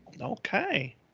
okay